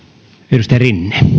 arvoisa